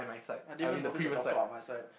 I didn't even notice the golf club on my side